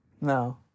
No